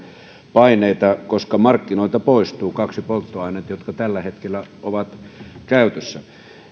paineita koska markkinoilta poistuu kaksi polttoainetta jotka tällä hetkellä ovat käytössä